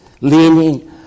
leaning